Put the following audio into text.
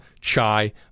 chai